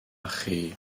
chi